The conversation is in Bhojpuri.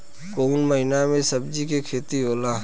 कोउन महीना में सब्जि के खेती होला?